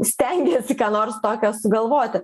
stengiasi ką nors tokio sugalvoti